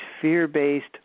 fear-based